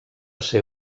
ser